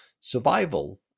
survival